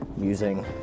using